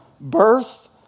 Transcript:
birth